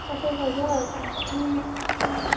पचास हजार अनि